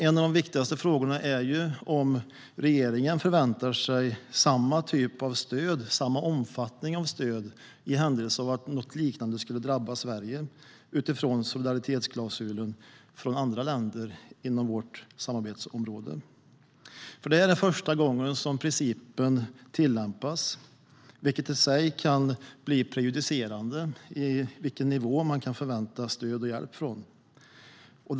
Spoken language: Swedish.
En av de viktigaste frågorna är om regeringen utifrån solidaritetsklausulen förväntar sig samma typ av stöd, samma omfattning av stöd från andra länder inom vårt samarbetsområde i händelse av att något liknande skulle drabba Sverige. Detta är första gången som principen tillämpas. Det kan i sig bli prejudicerande för vilken nivå av stöd och hjälp man kan förvänta sig.